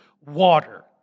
water